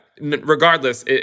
regardless